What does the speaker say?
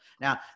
Now